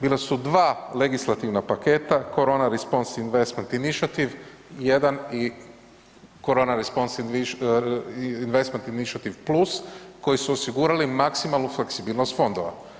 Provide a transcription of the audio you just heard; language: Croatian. Bila su 2 legislativna paketa Corona response investment initiative jedan i Corona response investment initiative plus koji su osigurali maksimalnu fleksibilnost fondova.